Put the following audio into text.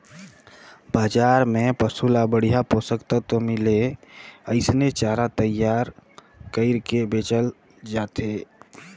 बजार में पसु ल बड़िहा पोषक तत्व मिले ओइसने चारा तईयार कइर के बेचल जाथे